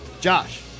Josh